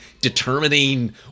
determining